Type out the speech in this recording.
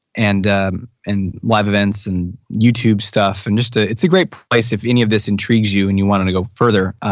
and ah and live events and youtube stuff. and ah it's a great place if any of this intrigues you and you wanted to go further.